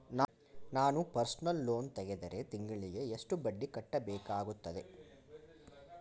ನಾನು personal loan ತೆಗೆದರೆ ತಿಂಗಳಿಗೆ ಎಷ್ಟು ಬಡ್ಡಿ ಕಟ್ಟಬೇಕಾಗುತ್ತದೆ?